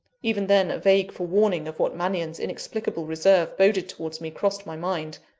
even then, a vague forewarning of what mannion's inexplicable reserve boded towards me, crossed my mind.